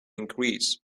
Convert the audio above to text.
increase